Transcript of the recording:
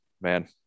man